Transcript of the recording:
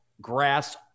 grass